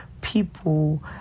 people